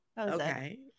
Okay